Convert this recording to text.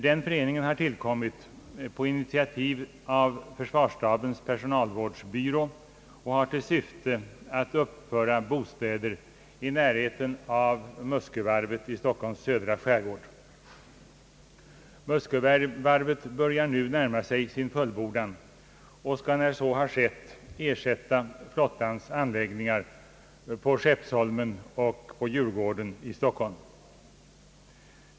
Denna förening har tillkommit på initiativ av försvarsstabens personalvårdsbyrå och har till syfte att uppföra bostäder i närheten av Muskövarvet i Stockholms södra skärgård. Muskövarvet börjar nu närma sig sin fullbordan och skall när det är färdigt ersätta flottans anläggningar på Skeppsholmen och på Djurgården i Stockholm.